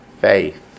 Faith